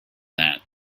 that